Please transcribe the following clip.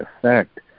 effect